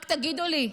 רק תגידו לי,